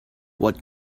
what